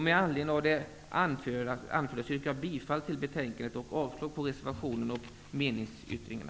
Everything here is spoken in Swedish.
Med anledning av det anförda, yrkar jag bifall till hemställan i betänkande och avslag på reservationen och meningsyttringen.